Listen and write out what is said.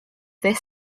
this